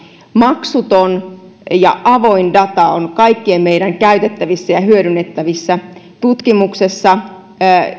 maksuton ja avoin data on kaikkien meidän käytettävissä ja hyödynnettävissä tutkimuksessa